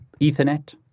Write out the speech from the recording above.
Ethernet